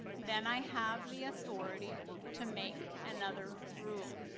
then i have the authority to make another rule.